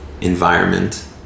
environment